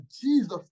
Jesus